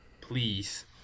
Please